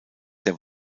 der